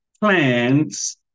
plans